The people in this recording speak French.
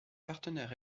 partenaires